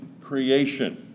creation